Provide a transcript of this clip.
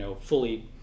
fully